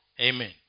Amen